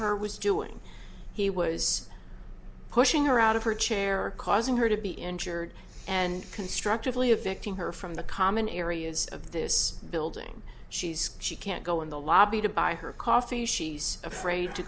her was doing he was pushing her out of her chair or causing her to be injured and constructively a victim her from the common areas of this building she's she can't go in the lobby to buy her coffee she's afraid to